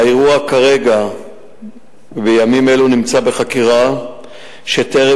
האירוע כרגע בימים אלה נמצא בחקירה שטרם